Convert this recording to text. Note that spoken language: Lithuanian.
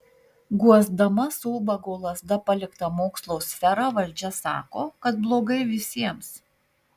guosdama su ubago lazda paliktą mokslo sferą valdžia sako kad blogai visiems